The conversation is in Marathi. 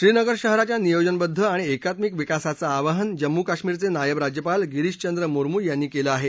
श्रीनगर शहराच्या नियोजनबद्ध आणि एकात्मिक विकासाचं आवाहन जम्मू कश्मीरचे नायब राज्यपाल गिरीशचंद्र मुर्मू यांनी केला आहे